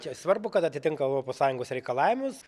čia svarbu kad atitinka europos sąjungos reikalavimus